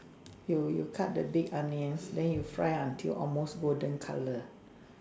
you you cut the big onions then you fry until almost golden colour